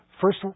First